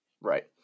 Right